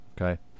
okay